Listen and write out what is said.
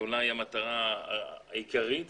אולי המטרה העיקרית,